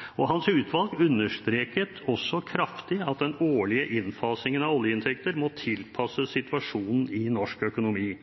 forutsetninger. Hans utvalg understreket også kraftig at den årlige innfasingen av oljeinntekter må tilpasses situasjonen i norsk økonomi.